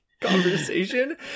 conversation